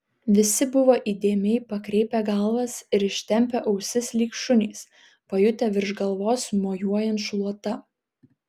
visi buvo įdėmiai pakreipę galvas ir ištempę ausis lyg šunys pajutę virš galvos mojuojant šluota